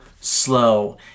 slow